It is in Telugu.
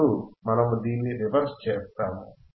ఇప్పుడు మనము దీని రివర్స్ చేస్తాము